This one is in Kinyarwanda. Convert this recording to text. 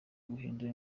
guhindura